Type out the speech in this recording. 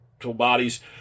bodies